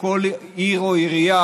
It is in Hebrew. או כל עיר או עירייה,